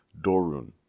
Dorun